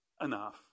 Enough